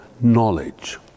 knowledge